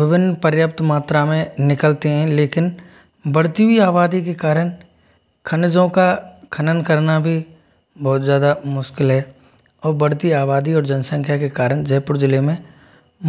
विभिन्न पर्याप्त मात्रा में निकलते हैं लेकिन बढ़ती हुई आबादी के कारण खनिजों का खनन करना भी बहुत ज़्यादा मुश्किल है और बढ़ती आबादी और जनसंख्या के कारण जयपुर ज़िले में